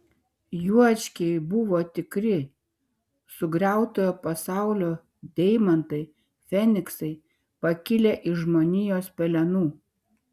juočkiai buvo tikri sugriautojo pasaulio deimantai feniksai pakilę iš žmonijos pelenų